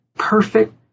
Perfect